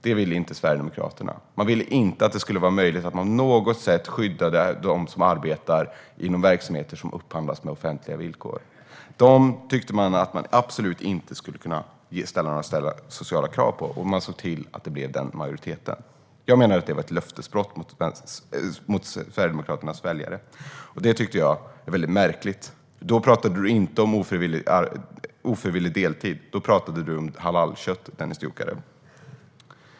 Det ville inte Sverigedemokraterna. Man ville inte att det skulle vara möjligt att på något sätt skydda dem som arbetar i verksamheter som upphandlas med offentliga villkor. Man ville inte ställa några sociala krav, och man såg till att det blev majoritet för detta i riksdagen. Jag menar att det var ett löftesbrott mot Sverigedemokraternas väljare. Det tyckte jag var väldigt märkligt. Då talade du inte om ofrivillig deltid, Dennis Dioukarev. Då pratade du om halalkött.